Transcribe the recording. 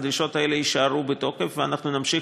והדרישות האלה יישארו בתוקף ואנחנו נמשיך